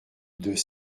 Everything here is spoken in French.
deux